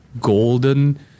Golden